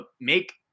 make